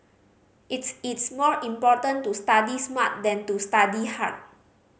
it's it's more important to study smart than to study hard